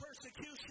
persecution